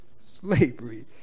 slavery